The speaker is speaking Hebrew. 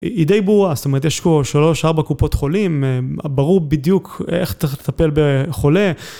היא די ברורה, זאת אומרת, יש כבר 3-4 קופות חולים, ברור בדיוק איך אתה תטפל בחולה.